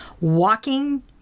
walking